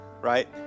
right